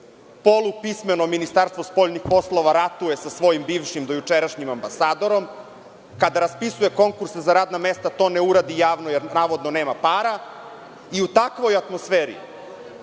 Polupismeno Ministarstvo spoljnih poslova ratuje sa svojim bivšim dojučerašnjim ambasadorom. Kada raspisuje konkurs za radna mesta to ne uradi javno, jer navodno nema para.U takvoj atmosferi